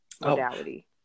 modality